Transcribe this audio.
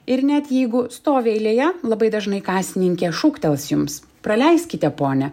ir net jeigu stovi eilėje labai dažnai kasininkė šūktels jums praleiskite ponę